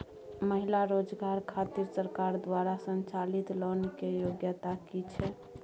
महिला रोजगार खातिर सरकार द्वारा संचालित लोन के योग्यता कि छै?